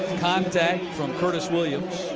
contact from curtis williams.